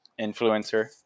influencer